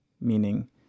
meaning